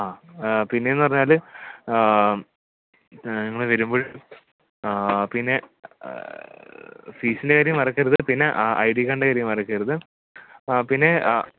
അ പിന്നേന്ന് പറഞ്ഞാൽ നിങ്ങൾ വരുമ്പോൾ പിന്നെ ഫീസ്ൻ്റെ കാര്യം മറക്കരുത് പിന്നെ ഐ ഡികാഡ്ൻ്റെ കാര്യം മറക്കരുത് ആ പിന്നെ